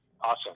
Awesome